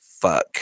fuck